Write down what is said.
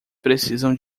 precisam